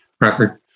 record